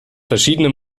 verschiedene